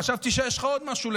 חשבתי שיש לך עוד משהו,